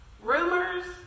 Rumors